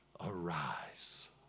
arise